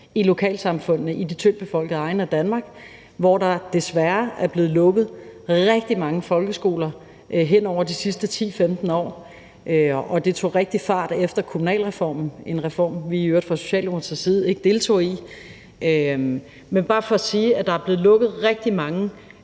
i lokalsamfundene i de tyndt befolkede egne af Danmark, hvor der desværre er blevet lukket rigtig mange folkeskoler hen over de sidste 10-15 år. Det tog rigtig fart efter kommunalreformen, en reform, vi i øvrigt fra Socialdemokratiets side ikke deltog i. Men det er bare for at sige, at der er blevet lukket rigtig mange